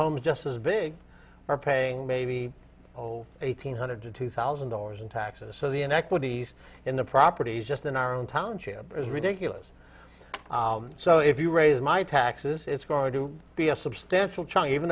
homes just as big are paying maybe oh eight hundred to two thousand dollars in taxes so the inequities in the properties just in our own township is ridiculous so if you raise my taxes it's going to be a substantial